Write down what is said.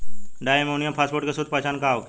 डाई ammonium phosphate के शुद्ध पहचान का होखे?